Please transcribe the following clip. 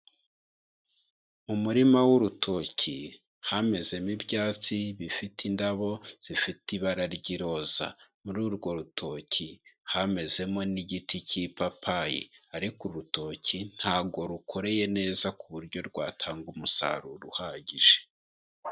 Mu muririma w'urutoki, hamezemo ibyatsi, bifite indabo zifite ibara ry'iroza. Muri urwo rutoki, hamezemo n'igiti cy'ipapayi. Ariko urutoki, ntabwo rukoreye neza ku buryo rwatanga umusaruro uhagije.